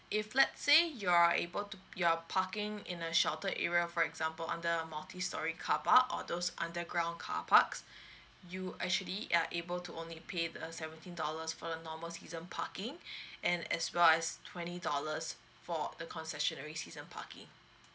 if let's say you are able to you're parking in a sheltered area for example under a multistorey car park or those underground car parks you actually are able to only pay the seventeen dollars for a normal season parking and as well as twenty dollars for the concessionary season parking